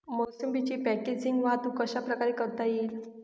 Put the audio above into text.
मोसंबीची पॅकेजिंग वाहतूक कशाप्रकारे करता येईल?